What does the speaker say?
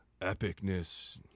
epicness